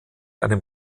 einem